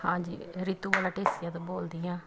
ਹਾਂਜੀ ਰੀਤੂ ਬਾਲਾ ਢੇਸੀਆਂ ਤੋਂ ਬੋਲਦੀ ਹਾਂ